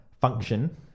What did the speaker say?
function